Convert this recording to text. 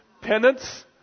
Penance